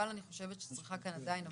אבל אני חושבת שצריכה כאן עדיין עבודה,